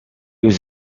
was